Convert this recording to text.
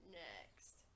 next